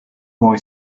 boy